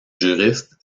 juriste